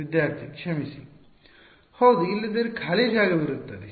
ವಿದ್ಯಾರ್ಥಿ ಕ್ಷಮಿಸಿ ಹೌದು ಇಲ್ಲದಿದ್ದರೆ ಖಾಲಿ ಜಾಗವಿರುತ್ತದೆ